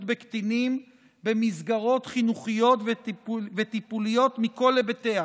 בקטינים במסגרות חינוכיות וטיפוליות מכל היבטיה,